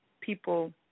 people